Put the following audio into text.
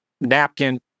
napkin